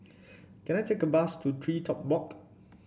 can I take a bus to TreeTop Walk